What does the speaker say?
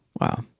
wow